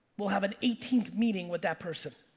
will have an eighteenth meeting with that person.